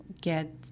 get